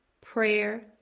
prayer